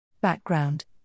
Background